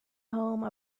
home